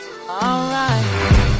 Alright